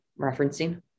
referencing